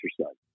exercise